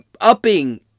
upping